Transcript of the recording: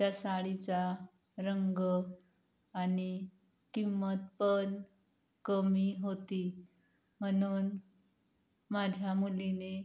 त्या साडीचा रंग आणि किंमत पण कमी होती म्हणून माझ्या मुलीने